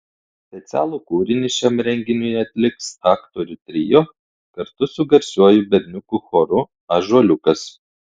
specialų kūrinį šiam renginiui atliks aktorių trio kartu su garsiuoju berniukų choru ąžuoliukas